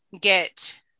get